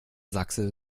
sachse